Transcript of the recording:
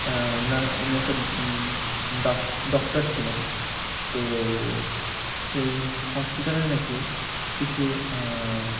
উনি একটা ডক্টর ছিলেন তো সেই হসপিটালে নাকি কিছু